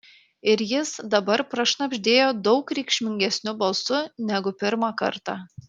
ir jis dabar prašnabždėjo daug reikšmingesniu balsu negu pirmą kartą